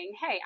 hey